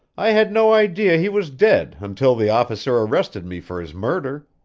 i had no idea he was dead until the officer arrested me for his murder.